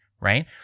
right